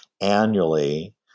annually